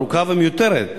ארוכה ומיותרת.